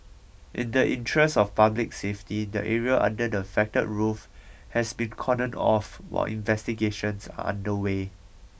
in the interest of public safety the area under the affected roof has been cordoned off while investigations are underway